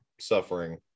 suffering